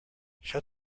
shut